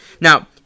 Now